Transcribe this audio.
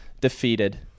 defeated